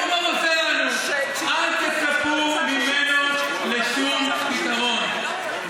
אל תצפו ממנו לשום פתרון.